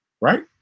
Right